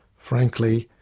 frankly,